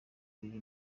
biri